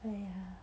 !aiya!